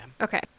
okay